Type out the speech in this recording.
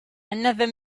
another